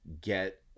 get